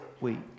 week